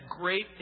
great